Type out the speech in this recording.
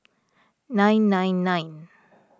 nine nine nine